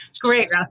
great